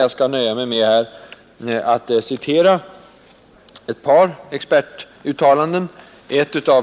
Jag skall nöja mig med att citera ett par expertuttalanden.